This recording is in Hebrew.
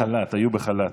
הן היו בחל"ת.